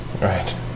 Right